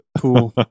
Cool